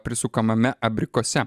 prisukamame abrikose